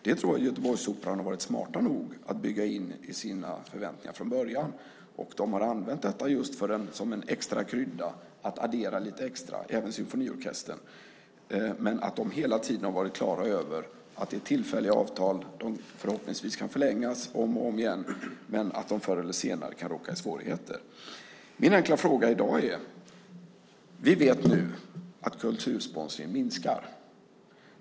Det tror jag att de på Göteborgsoperan har varit smarta nog att bygga in i sina förväntningar från början, och de har använt detta just som en extra krydda för att addera lite extra - även symfoniorkestern - men de har hela tiden varit klara över att det är tillfälliga avtal som förhoppningsvis kan förlängas om och om igen, men att de förr eller senare kan råka i svårigheter. Min enkla fråga i dag är denna. Vi vet nu att kultursponsringen minskar.